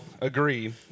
agree